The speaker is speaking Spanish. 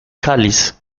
cáliz